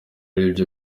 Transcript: aribyo